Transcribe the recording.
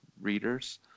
readers